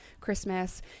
Christmas